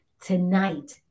tonight